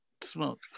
smoke